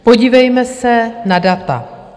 Podívejme se na data.